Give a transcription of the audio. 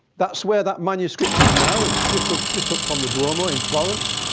that's where that manuscript is now. it's just ah just up from the duomo in florence,